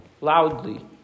loudly